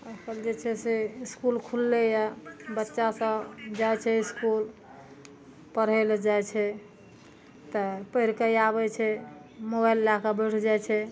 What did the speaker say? आइकाल्हि जे छै से इसकुल खुललैया बच्चा सब जाइ छै इसकुल पढ़ै लए जाइ छै तऽ पैढ़के आबै छै मोबाइल लए कऽ बैठ जाइ छै